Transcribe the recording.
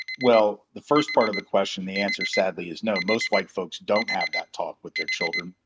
well, the first part of the question, the answer sadly is no, most white folks don't have that talk with their children.